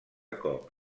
cop